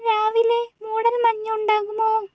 രാവിലെ മൂടൽ മഞ്ഞുണ്ടാകുമോ